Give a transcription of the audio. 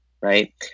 right